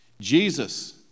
Jesus